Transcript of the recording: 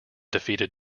defeated